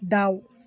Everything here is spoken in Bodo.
दाउ